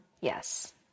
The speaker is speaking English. Yes